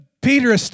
Peter